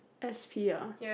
S_P ah